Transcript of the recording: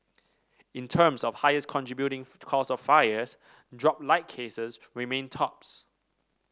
in terms of highest contributing cause of fires dropped light cases remained tops